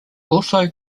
also